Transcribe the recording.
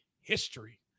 history